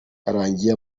yarangiye